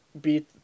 beat